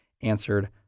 answered